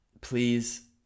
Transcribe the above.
please